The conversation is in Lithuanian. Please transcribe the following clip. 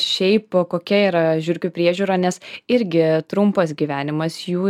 šiaip kokia yra žiurkių priežiūra nes irgi trumpas gyvenimas jų